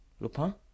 Lupin